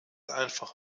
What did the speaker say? einfach